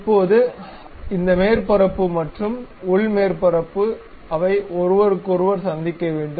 இப்போது இந்த மேற்பரப்பு மற்றும் உள் மேற்பரப்பு அவை ஒருவருக்கொருவர் சந்திக்க வேண்டும்